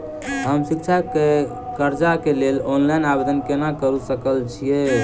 हम शिक्षा केँ कर्जा केँ लेल ऑनलाइन आवेदन केना करऽ सकल छीयै?